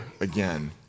again